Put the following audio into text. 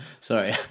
Sorry